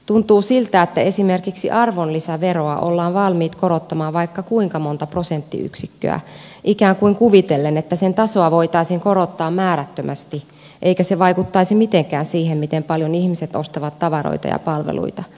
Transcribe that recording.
tuntuu siltä että esimerkiksi arvonlisäveroa ollaan valmiit korottamaan vaikka kuinka monta prosenttiyksikköä ikään kuin kuvitellen että sen tasoa voitaisiin korottaa määrättömästi eikä se vaikuttaisi mitenkään siihen miten paljon ihmiset ostavat tavaroita ja palveluita